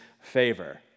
favor